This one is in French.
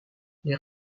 les